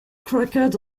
cracked